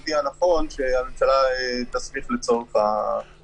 הממשלתי הנכון שהממשלה תסמיך לצורך הנושאים הללו.